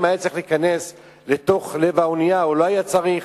אם היה צריך להיכנס לתוך לב האונייה או לא היה צריך,